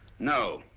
no.